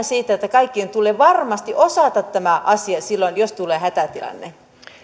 siitä että kaikkien tulee varmasti osata tämä asia silloin jos tulee hätätilanne